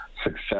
Success